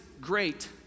great